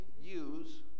use